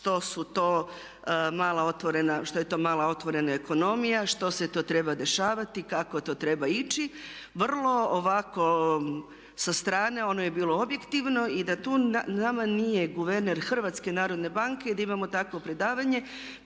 što je to mala otvorena ekonomija, što se to treba dešavati, kako to treba ići. Vrlo ovako sa strane ono je bilo objektivno i da tu nama nije guverner HNB-a i da imamo takvo predavanje